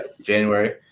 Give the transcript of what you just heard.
January